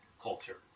culture